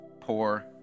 poor